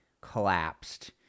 collapsed